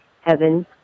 heaven